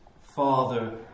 Father